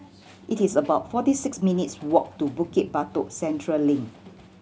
it is about forty six minutes' walk to Bukit Batok Central Link